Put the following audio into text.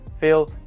feel